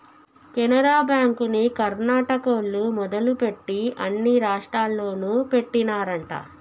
కెనరా బ్యాంకుని కర్ణాటకోల్లు మొదలుపెట్టి అన్ని రాష్టాల్లోనూ పెట్టినారంట